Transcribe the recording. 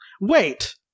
Wait